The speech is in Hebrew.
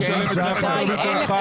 אם תבקש לבטל חברות היום,